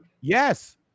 Yes